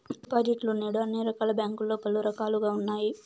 డిపాజిట్లు నేడు అన్ని రకాల బ్యాంకుల్లో పలు రకాలుగా ఉన్నాయి